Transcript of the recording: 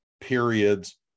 periods